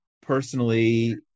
personally